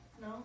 No